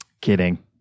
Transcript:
Kidding